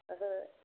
ओहो